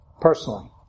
personally